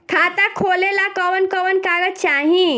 खाता खोलेला कवन कवन कागज चाहीं?